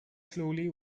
slowly